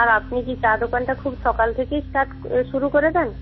আর আপনি কি চা দোকানটা খুব সকাল থেকেই স্টার্ট শুরু করে দেন